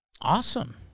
Awesome